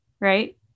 right